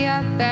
up